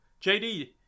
JD